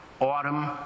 autumn